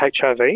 HIV